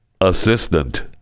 assistant